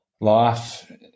life